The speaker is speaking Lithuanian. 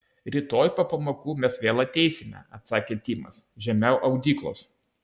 rytoj po pamokų mes vėl ateisime atsakė timas žemiau audyklos